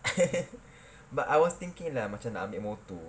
but I was thinking lah macam nak ambil motor